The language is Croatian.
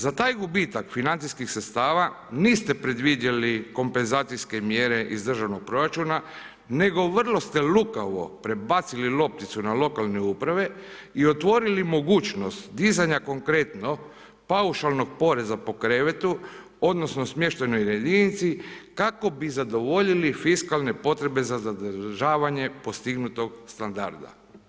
Za taj gubitak financijskih sredstava niste predvidjeli kompenzacijske mjere iz državnog proračuna nego vrlo ste lukavo prebacili lopticu na lokalne uprave i otvorili mogućnost dizanje konkretno paušalnog poreza po krevetu odnosno smještajnoj jedinici kako bi zadovoljio fiskalne potrebe za zadržavanje postignutog standarda.